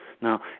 now